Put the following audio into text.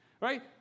right